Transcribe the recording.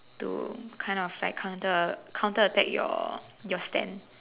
to kind of like counter counter attack your your stand